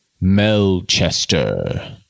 Melchester